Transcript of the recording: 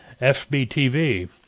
FBTV